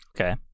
Okay